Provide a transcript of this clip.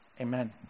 Amen